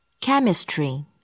Chemistry